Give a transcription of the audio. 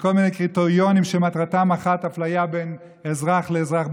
וכל מיני קריטריונים שמטרתם אחת: אפליה בין אזרח לאזרח,